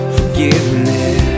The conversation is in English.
forgiveness